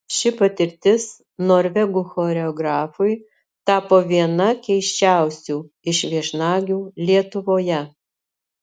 ši patirtis norvegų choreografui tapo viena keisčiausių iš viešnagių lietuvoje